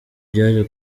byaje